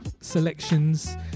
selections